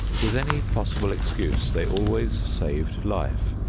with any possible excuse they always saved life.